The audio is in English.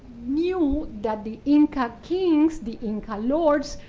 knew that the inca kings, the inca lords,